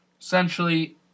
Essentially